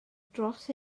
dros